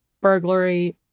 burglary